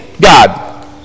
God